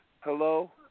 hello